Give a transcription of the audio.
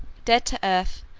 dead to earth,